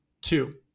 Two